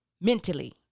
mentally